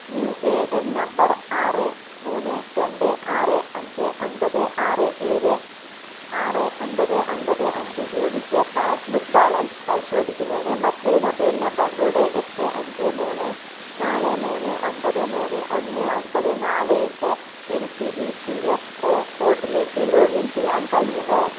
U A N number ആറ് മൂന്ന് രണ്ട് ആറ് അഞ്ച് ഒൻപത് ആറ് ഏഴ് ആറ് ഒൻപത് ഒൻപത് അഞ്ച് ഉപയോഗിച്ച് പാസ്ബുക്ക് ബാലൻസ് പരിശോധിക്കുന്നതിന് മറ്റൊരു മൊബൈൽ നമ്പറിലൂടെ എട്ട് അഞ്ച് മൂന്ന് നാല് മൂന്ന് ഒൻപത് മൂന്ന് ഒന്ന് ഒൻപത് നാല് എട്ട് എനിക്ക് ഇ പി എഫ് ഒ പോട്ടിലേക്ക് ലോഗിൻ ചെയ്യാൻ കഴിയുമോ